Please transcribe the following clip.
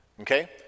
Okay